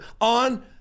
on